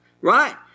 Right